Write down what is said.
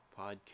podcast